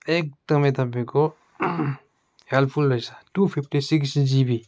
एकदमै तपाईँको ह्याल्पफुल रहेछ टू फिफ्टी सिक्स जिबी